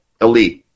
elite